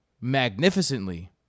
magnificently